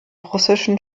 russischen